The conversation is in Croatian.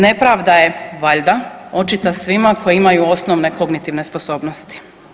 Nepravda je valjda očita svima koji imaju osnovne kognitivne sposobnosti.